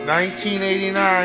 1989